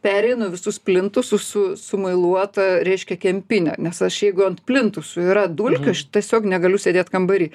pereinu visus plintusus su su muiluota reiškia kempine nes aš jeigu ant plintusų yra dulkių aš tiesiog negaliu sėdėt kambary